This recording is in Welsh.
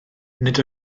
nid